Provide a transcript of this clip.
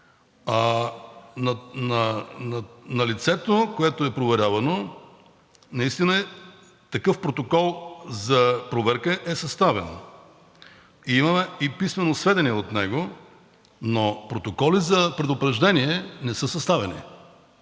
На лицето, което е проверявано, наистина такъв протокол за проверка е съставен. Имаме и писмено сведение от него, но протоколи за предупреждение не са съставяни,